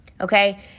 Okay